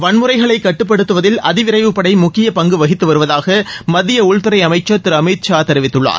வன்முறைகளை கட்டுப்படுத்துவதில் அதிவிரைவுப்படை முக்கிய பங்கு வகித்து வருவதாக மத்திய உள்துறை அமைச்சர் திரு அமித்ஷா தெரிவித்துள்ளார்